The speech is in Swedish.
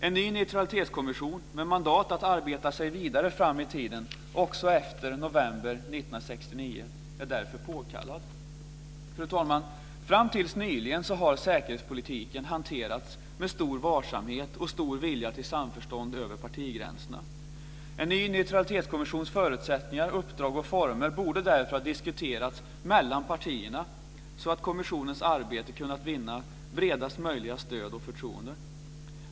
En ny neutralitetskommission, med mandat att arbeta sig vidare fram i tiden också efter november Fru talman! Fram till nyligen har säkerhetspolitiken hanterats med stor varsamhet och vilja till samförstånd över partigränserna. En ny neutralitetskommissions förutsättningar, uppdrag och former borde därför ha diskuterats mellan partierna, så att kommissionens arbete kunnat vinna bredast möjliga stöd och förtroende.